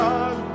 God